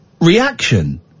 reaction